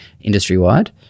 industry-wide